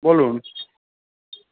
বলুন